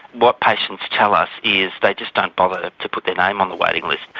what patients tell us is they just don't bother to put their name on the waiting list.